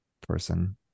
person